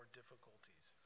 difficulties